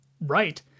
right